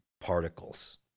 particles